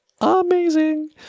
amazing